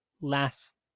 last